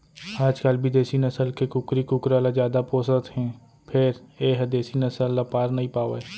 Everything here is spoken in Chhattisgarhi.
आजकाल बिदेसी नसल के कुकरी कुकरा ल जादा पोसत हें फेर ए ह देसी नसल ल पार नइ पावय